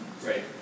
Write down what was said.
Great